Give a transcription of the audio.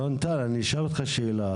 אלון טל, אני אשאל אותך שאלה.